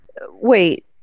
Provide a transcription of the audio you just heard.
Wait